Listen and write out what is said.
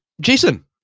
Jason